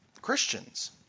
Christians